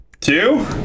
two